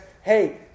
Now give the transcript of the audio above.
Hey